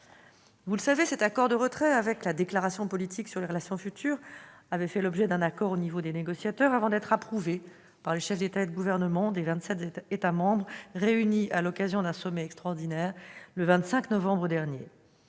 Vous le savez, cet accord de retrait et la déclaration politique sur les relations futures avaient fait l'objet d'un accord entre les négociateurs, avant d'être approuvés par les chefs d'État et de Gouvernement des vingt-sept États membres, réunis à l'occasion d'un sommet extraordinaire le 25 novembre dernier.